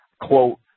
quote